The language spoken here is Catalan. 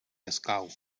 escau